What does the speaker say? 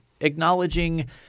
acknowledging